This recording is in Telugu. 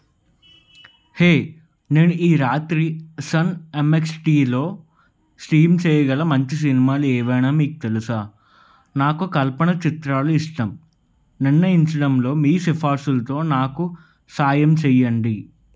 హే నేను ఈ రాత్రి సన్ యమ్ఎక్స్టీలో స్ట్రీమ్ చేయగల మంచి సినిమాలు ఏవైనా మీకు తెలుసా నాకు కల్పన చిత్రాలు ఇష్టం నిర్ణయించడంలో మీ సిఫార్సుల్తో నాకు సహాయం చెయ్యండి